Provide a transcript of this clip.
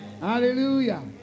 Hallelujah